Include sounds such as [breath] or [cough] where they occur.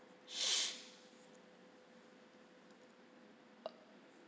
[breath]